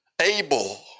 Abel